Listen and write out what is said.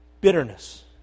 bitterness